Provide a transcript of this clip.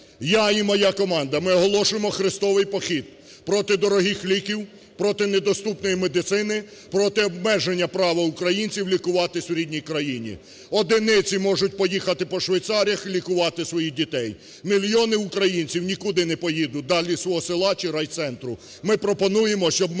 Я і моя команда. Ми оголошуємо хрестовий похід проти дорогих ліків, проти недоступної медицини, проти обмеження права українців лікуватися в рідній країні. Одиниці можуть поїхати по швейцаріях і лікувати своїх дітей, мільйони українців нікуди не поїдуть, далі свого села чи райцентру. Ми пропонуємо, щоб